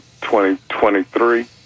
2023